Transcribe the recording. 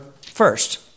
first